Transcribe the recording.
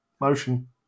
motion